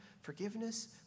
forgiveness